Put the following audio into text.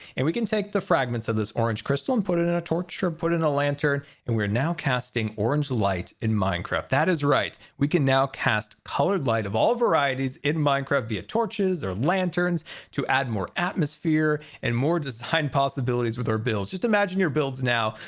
and we can take the fragments of this orange crystal and put it in a torch, or put it in a lantern, and we're now casting orange light in minecraft. that is right. we can now cast colored light of all varieties in minecraft via torches or lanterns to add more atmosphere and more design possibilities with our builds, just imagine your builds now,